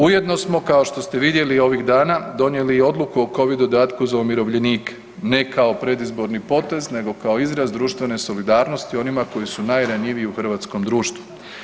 Ujedno smo kao što ste vidjeli ovih dana donijeli i odluku o covid dodatku za umirovljenike, ne kao predizborni potez nego kao izraz društvene solidarnosti onima koji su najranjiviji u hrvatskom društvu.